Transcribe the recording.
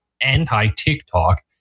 anti-TikTok